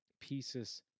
pieces